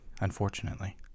unfortunately